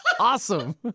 Awesome